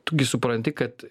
tu gi supranti kad